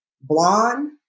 Blonde